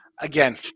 Again